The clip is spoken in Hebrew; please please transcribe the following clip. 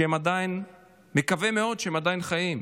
שאני מקווה מאוד שהם עדיין חיים.